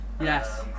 Yes